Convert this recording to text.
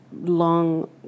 long